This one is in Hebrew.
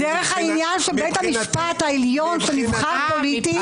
דרך העניין שבית המשפט העליון שנבחר פוליטי.